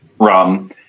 rum